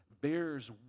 bears